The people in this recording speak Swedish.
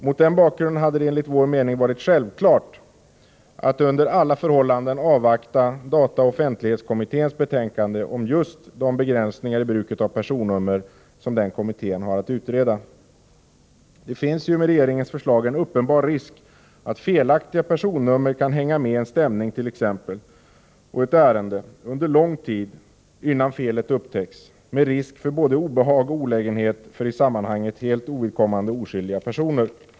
Mot den bakgrunden hade det enligt vår mening varit självklart att under alla förhållanden avvakta dataoch offentlighetskommitténs betänkande om just de begränsningar i bruket av personnummer som denna kommitté har att utreda. Det finns med regeringens förslag en uppenbar risk att felaktiga personnummer kan hänga med en stämning och ett ärende under lång tid innan felet upptäcks, med risk för både obehag och olägenhet för i sammanhanget helt ovidkommande och oskyldiga personer.